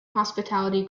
hospitality